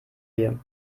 dir